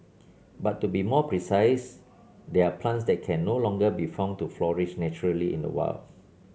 but to be more precise they're plants that can no longer be found to flourish naturally in the wild